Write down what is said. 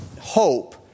hope